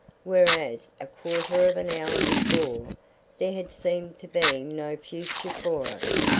whereas a quarter of an hour before there had seemed to be no future for us,